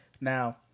Now